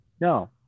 No